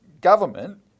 government